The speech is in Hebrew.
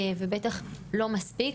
ובטח לא מספיק,